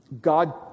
God